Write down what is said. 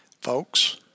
Folks